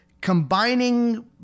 combining